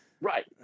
Right